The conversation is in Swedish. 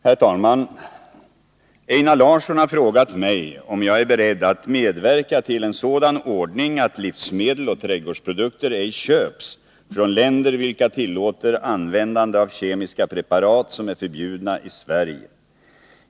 Herr talman! Einar Larsson har frågat mig om jag är beredd att medverka till en sådan ordning att livsmedel och trädgårdsprodukter ej köps från länder, vilka tillåter användande av kemiska preparat som är förbjudna i Sverige.